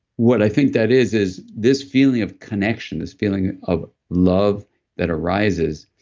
what i think that is is this feeling of connection, this feeling of love that arises,